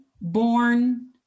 born